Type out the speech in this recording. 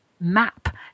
map